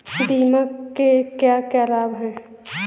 बीमा के क्या क्या लाभ हैं?